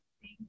Thank